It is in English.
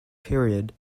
period